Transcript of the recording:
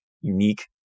unique